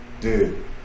dude